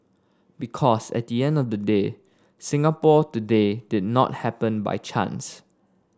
because at the end of the day Singapore today did not happen by chance